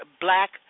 black